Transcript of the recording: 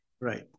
Right